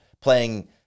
playing